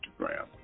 Instagram